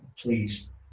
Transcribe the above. please